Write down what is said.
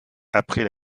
après